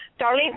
Darlene